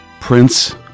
Prince